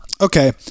okay